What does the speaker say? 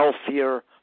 healthier